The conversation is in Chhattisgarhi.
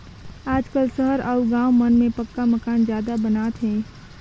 आजकाल सहर अउ गाँव मन में पक्का मकान जादा बनात हे